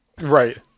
Right